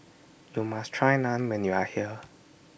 YOU must Try Naan when YOU Are here